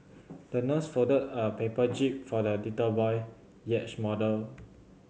the nurse folded a paper jib for the little boy yacht model